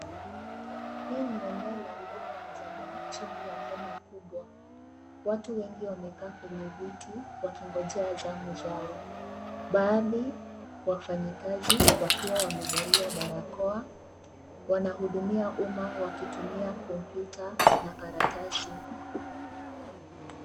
Hii ni eneo ya huduma ya jamii chini ya hema kubwa. Watu wengi wamekaa kwenye viti wakingojea zamu zao. Baadhi wafanyikazi wakiwa wamevalia barakoa. Wanahudumia wateja wakitumia kompyuta na karatasi.